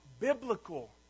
biblical